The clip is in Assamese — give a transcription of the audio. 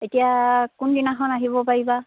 এতিয়া কোনদিনাখন আহিব পাৰিবা